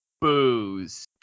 booze